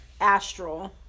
Astral